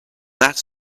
that